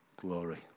glory